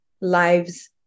lives